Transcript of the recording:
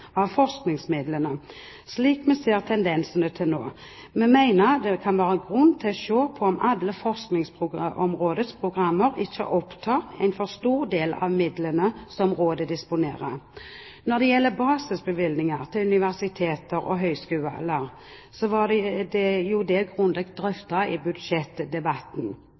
av forskningsmidlene, slik vi ser tendenser til nå. Vi mener det kan være grunn til å se på om alle Forskningsrådets programmer ikke opptar en for stor del av midlene som rådet disponerer. Når det gjelder basisbevilgningen til universitet og høyskoler, var jo det grundig drøftet i budsjettdebatten.